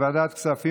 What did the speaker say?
ועדת כספים?